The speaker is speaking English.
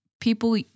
people